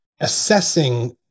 assessing